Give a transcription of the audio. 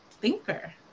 thinker